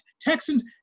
Texans